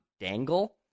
dangle